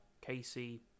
Casey